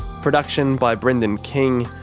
production by brendan king,